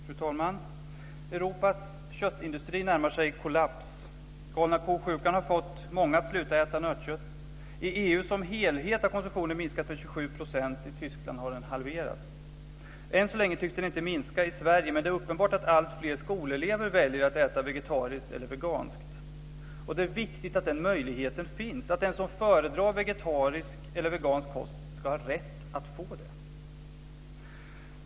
Fru talman! Europas köttindustri närmar sig kollaps. Galna ko-sjukan har fått många att sluta äta nötkött. I EU som helhet har konsumtionen minskat med 27 %. I Tyskland har den halverats. Än så länge tycks den inte minska i Sverige, men det är uppenbart att alltfler skolelever väljer att äta vegetariskt eller veganskt. Det är viktigt att den möjligheten finns. Den som föredrar vegetarisk eller vegansk kost ska ha rätt att få det.